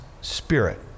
spirit